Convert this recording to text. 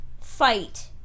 fight